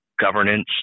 governance